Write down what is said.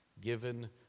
given